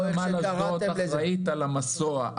חברת נמל אשדוד אחראית על המסוע.